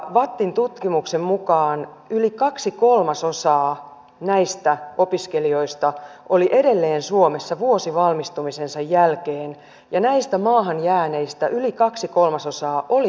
vattin tutkimuksen mukaan yli kaksi kolmasosaa näistä opiskelijoista oli edelleen suomessa vuosi valmistumisensa jälkeen ja näistä maahan jääneistä yli kaksi kolmasosaa oli työllistynyt